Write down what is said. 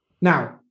Now